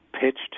pitched